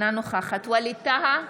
אינה נוכחת ווליד טאהא,